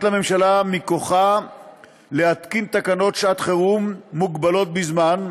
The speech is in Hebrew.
לממשלה מכוחה להתקין תקנות שעת חירום מוגבלות בזמן,